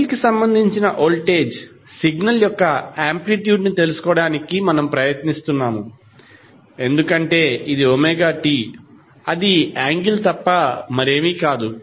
angle కి సంబంధించిన voltage signal యొక్క ఆంప్లిట్యూడ్ ని తెలుసుకోవడానికి మనము ప్రయత్నిస్తున్నాము ఎందుకంటే ఇదిt అది యాంగిల్ తప్ప మరేమీ కాదు